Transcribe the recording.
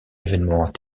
évènements